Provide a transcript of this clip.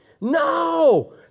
No